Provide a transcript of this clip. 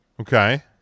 Okay